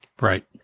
Right